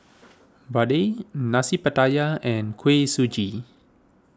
Vadai Nasi Pattaya and Kuih Suji